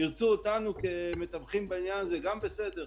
ירצו אותנו כמתווכים בעניין הזה, גם בסדר,